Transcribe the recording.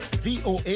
VOA